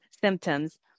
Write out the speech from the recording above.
symptoms